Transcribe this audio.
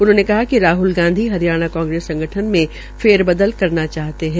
उन्होंने कहा कि राहल गांधी हरियाणा कांग्रेस संगठन में फेरबदल करना चाहती है